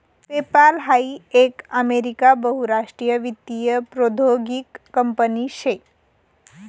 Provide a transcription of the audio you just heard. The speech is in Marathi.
पेपाल हाई एक अमेरिका बहुराष्ट्रीय वित्तीय प्रौद्योगीक कंपनी शे